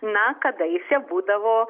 na kadaise būdavo